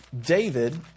David